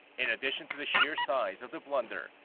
in addition to the sheer size of the blunder.